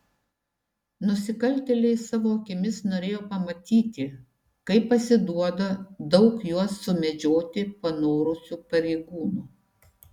nusikaltėliai savo akimis norėjo pamatyti kaip pasiduoda daug juos sumedžioti panorusių pareigūnų